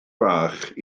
fach